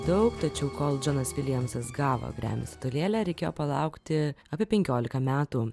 daug tačiau kol džonas viljamsas gavo grammy statulėlę reikėjo palaukti apie penkiolika metų